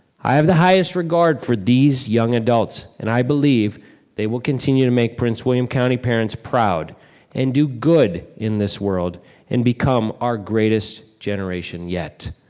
i have the highest regard for these young adults and i believe they will continue to make prince william county parents proud and do good in this world and become our greatest generation yet.